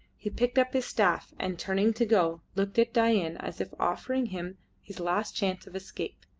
he picked up his staff, and, turning to go, looked at dain as if offering him his last chance of escape.